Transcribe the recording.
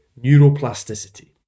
neuroplasticity